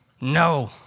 no